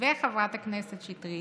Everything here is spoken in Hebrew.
וחברת הכנסת שטרית,